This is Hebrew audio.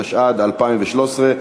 התשע"ד 2013,